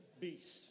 beast